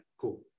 Cool